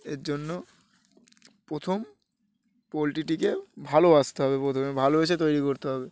এর জন্য প্রথম পোলট্রিটিকে ভালোবাসতে হবে প্রথমে ভালোবেসে তৈরি করতে হবে